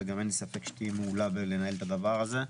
וגם אין ספק שתהיי מעולה בלנהל את הדבר הזה.